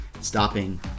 stopping